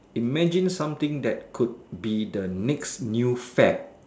imagine something that could be the next new fad